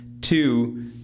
Two